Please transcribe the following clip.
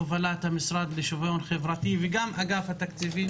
בהובלת המשרד לשוויון חברתי ואגף התקציבים,